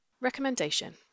Recommendation